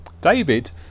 David